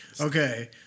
Okay